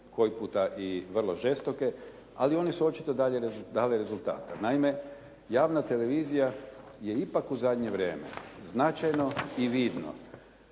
koji puta i vrlo žestoke ali one su očito dale rezultata. Naime, javna televizija je ipak u zadnje vrijeme značajno i vidno